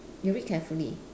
you read carefully